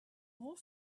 more